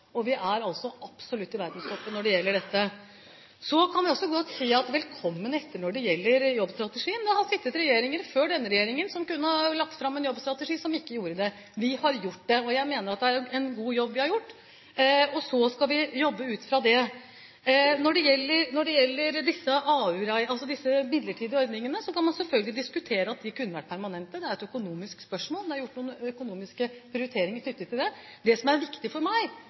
verdenstoppen når det gjelder dette. Så kan vi også godt si velkommen etter når det gjelder jobbstrategien. Det har sittet regjeringer før denne regjeringen som kunne ha lagt fram en jobbstrategi, som ikke gjorde det – vi har gjort det. Jeg mener at det er en god jobb vi har gjort, og vi skal jobbe ut fra det. Når det gjelder disse midlertidige ordningene, kan man selvfølgelig diskutere om de kunne vært permanente. Det er et økonomisk spørsmål, og det er gjort noen økonomiske prioriteringer knyttet til det. Det som er viktig for meg,